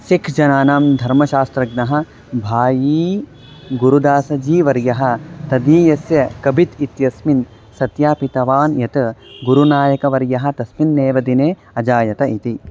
सिख्जनानां धर्मशास्त्रज्ञः भायी गुरुदासजीवर्यः तदीयस्य कबित् इत्यस्मिन् सत्यापितवान् यत् गुरुनायकवर्यः तस्मिन् एव दिने अजायत इति